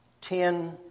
Ten